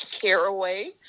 caraway